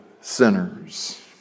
sinners